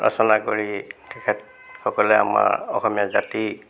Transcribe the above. ৰচনা কৰি তেখেত সকলে আমাৰ অসমীয়া জাতিক